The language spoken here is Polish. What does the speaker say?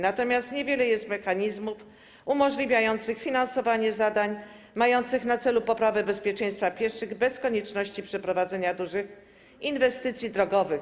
Natomiast niewiele jest mechanizmów umożliwiających finansowanie zadań mających na celu poprawę bezpieczeństwa pieszych bez konieczności przeprowadzenia dużych inwestycji drogowych.